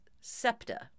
SEPTA